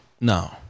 No